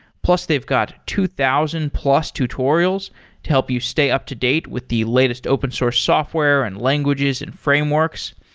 plus they've got two thousand plus tutorials to help you stay up-to-date with the latest open source software and languages and frameworks.